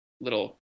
little